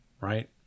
right